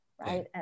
Right